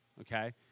okay